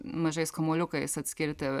mažais kamuoliukais atskirti